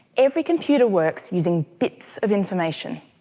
every computer works using bits of information.